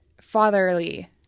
fatherly